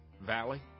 Valley